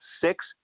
six